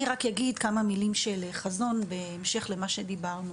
אני רק אגיד כמה מילים של חזון בהמשך למה שדיברנו.